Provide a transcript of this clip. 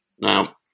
Now